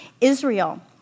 Israel